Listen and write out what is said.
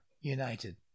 united